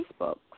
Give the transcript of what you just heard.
Facebook